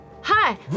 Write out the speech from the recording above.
Hi